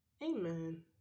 Amen